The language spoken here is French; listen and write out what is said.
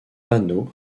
panneau